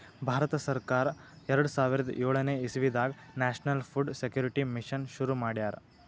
ಭಾರತ ಸರ್ಕಾರ್ ಎರಡ ಸಾವಿರದ್ ಯೋಳನೆ ಇಸವಿದಾಗ್ ನ್ಯಾಷನಲ್ ಫುಡ್ ಸೆಕ್ಯೂರಿಟಿ ಮಿಷನ್ ಶುರು ಮಾಡ್ಯಾರ್